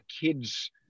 kids